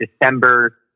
December